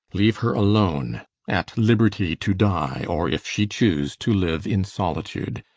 leave her alone at liberty to die, or, if she choose, to live in solitude,